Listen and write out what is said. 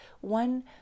one